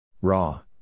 Raw